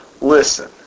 Listen